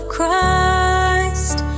Christ